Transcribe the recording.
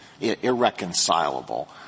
irreconcilable